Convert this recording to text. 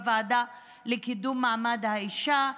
בוועדה לקידום מעמד האישה,